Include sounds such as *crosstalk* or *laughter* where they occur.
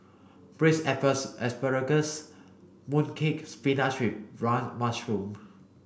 braised *unintelligible* asparagus mooncake spinach wrong mushroom